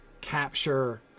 capture